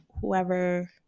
whoever